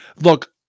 look